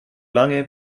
lange